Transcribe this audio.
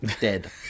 Dead